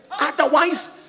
Otherwise